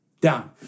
down